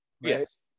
yes